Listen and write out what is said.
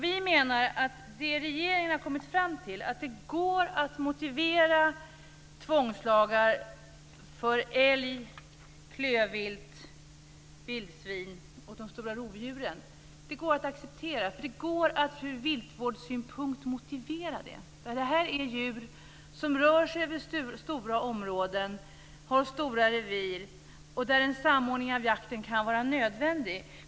Vi menar att det som regeringen har kommit fram till, att det går att motivera tvångslagar för älg, klövvilt, vildsvin och de stora rovdjuren, går att acceptera, för det går att ur viltvårdssynpunkt motiverad det. Det här är djur som rör sig över stora områden och har stora revir. I det fallet kan en samordning av jakten vara nödvändig.